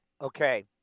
Okay